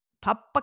Papa